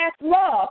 love